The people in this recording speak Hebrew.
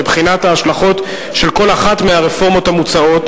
ובחינת ההשלכות של כל אחת מהרפורמות המוצעות,